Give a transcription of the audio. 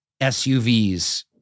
SUVs